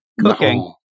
cooking